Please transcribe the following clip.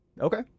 Okay